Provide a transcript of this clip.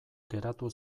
geratu